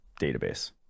database